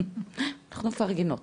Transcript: אנחנו מפרגנות.